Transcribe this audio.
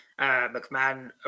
McMahon